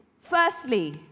Firstly